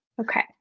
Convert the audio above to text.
okay